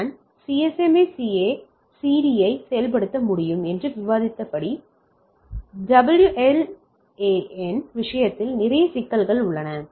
WLAN CSMA சிடியை செயல்படுத்த முடியும் என்று விவாதித்தபடி டபிள்யுஎல்ஏஎன் விஷயத்தில் நிறைய சிக்கல்கள் உள்ளன